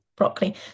Broccoli